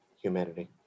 humanity